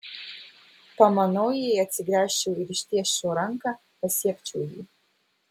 pamanau jei atsigręžčiau ir ištiesčiau ranką pasiekčiau jį